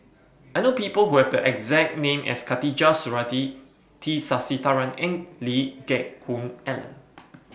I know People Who Have The exact name as Khatijah Surattee T Sasitharan and Lee Geck Hoon Ellen